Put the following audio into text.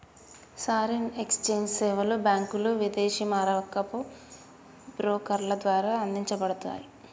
foreign exchange సేవలు బ్యాంకులు, విదేశీ మారకపు బ్రోకర్ల ద్వారా అందించబడతయ్